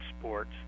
sports